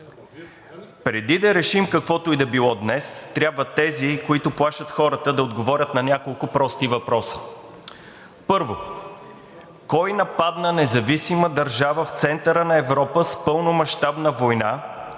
Преди да решим каквото и да било, днес трябва тези, които плашат хората, да отговорят на няколко прости въпроса. Първо, кой нападна независима държава в центъра на Европа с пълномащабна война,